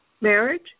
marriage